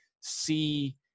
see